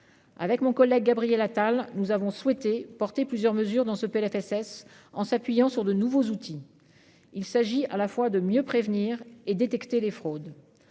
avec mon collègue Gabriel Attal, nous avons souhaité porter plusieurs mesures dans ce PLFSS en s'appuyant sur de nouveaux outils, il s'agit à la fois de mieux prévenir et détecter les fraudes,